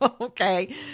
Okay